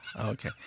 Okay